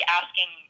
asking